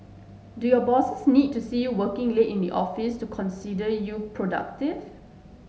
do your bosses need to see you working late in the office to consider you productive